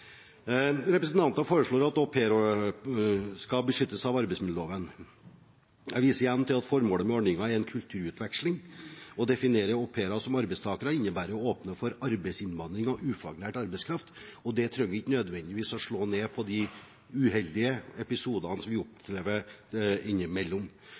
foreslår at au pairer skal beskyttes av arbeidsmiljøloven. Jeg viser igjen til at formålet med ordningen er kulturutveksling. Å definere au pairer som arbeidstakere innebærer å åpne for arbeidsinnvandring av ufaglært arbeidskraft, og det trenger ikke nødvendigvis å slå ned på de uheldige episodene som vi opplever innimellom.